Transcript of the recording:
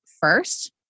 first